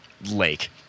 lake